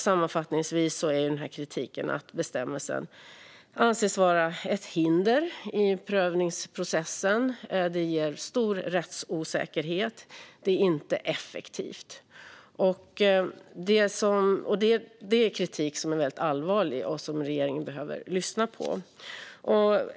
Sammanfattningsvis går denna kritik ut på att bestämmelsen anses vara ett hinder i prövningsprocessen, ge stor rättsosäkerhet och vara ineffektiv. Detta är väldigt allvarlig kritik som regeringen behöver lyssna på.